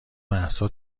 مهسا